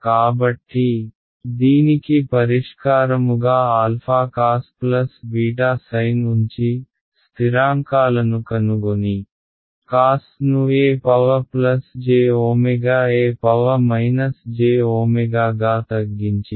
కాబట్టి దీనికి పరిష్కారముగా α cos β sin ఉంచి స్థిరాంకాలను కనుగొని cos ను ejω e jω గా తగ్గించి పరిష్కారాన్ని కనుగొనాలి